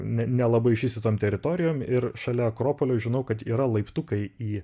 ne nelabai išvystytom teritorijom ir šalia akropolio žinau kad yra laiptukai į